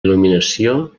il·luminació